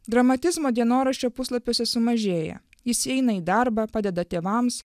dramatizmo dienoraščio puslapiuose sumažėja jis eina į darbą padeda tėvams